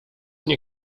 nie